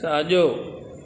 साजो॒